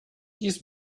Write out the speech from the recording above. dies